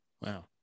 Wow